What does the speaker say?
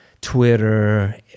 Twitter